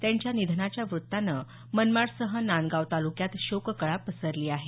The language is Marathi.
त्यांच्या निधनाच्या वृत्तानं मनमाडसह नांदगाव तालुक्यात शोककळा पसरली आहे